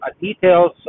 details